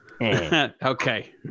Okay